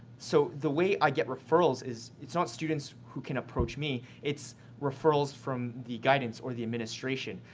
so the way i get referrals is it's not students who can approach me. it's referrals from the guidance or the administration.